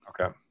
Okay